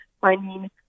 finding